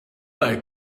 like